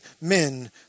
men